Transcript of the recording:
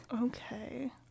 Okay